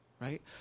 right